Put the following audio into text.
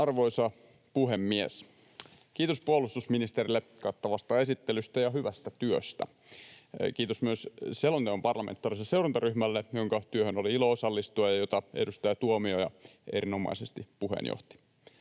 Arvoisa puhemies! Kiitos puolustusministerille kattavasta esittelystä ja hyvästä työstä. Kiitos myös selonteon parlamentaariselle seurantaryhmälle, jonka työhön oli ilo osallistua ja jota edustaja Tuomioja erinomaisesti puheenjohti.